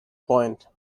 point